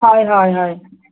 হয় হয় হয়